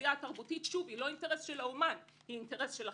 והעשייה התרבותית היא לא אינטרס של האומן אלא אינטרס של החברה,